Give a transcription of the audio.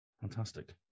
Fantastic